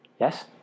Yes